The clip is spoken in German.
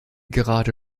gerade